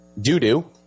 doo-doo